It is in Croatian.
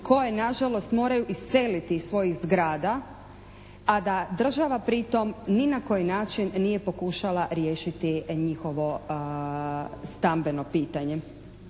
koje nažalost moraju iseliti iz svojih zgrada a da država pri tom ni na koji način nije pokušala riješiti njihovo stambeno pitanje.